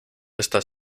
está